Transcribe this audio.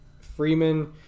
Freeman